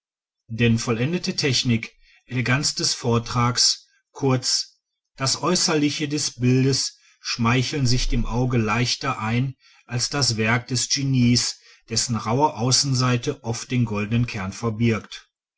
denn vollendete technik eleganz des vortrags kurz das äußerliche des bildes schmeicheln sich dem auge leichter ein als das werk des genies dessen rauhe außenseite oft den goldenen kern verbirgt